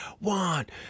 want